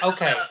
Okay